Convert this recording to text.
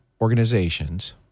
organizations